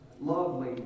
lovely